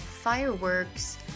Fireworks